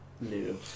new